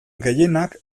gehienak